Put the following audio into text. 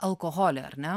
alkoholį ar ne